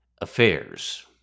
affairs